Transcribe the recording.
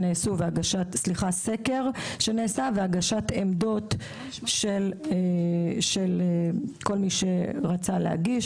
באמצעות סקר שנעשה והגשת עמדות של כל מי שרצה להגיש.